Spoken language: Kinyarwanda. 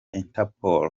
interpol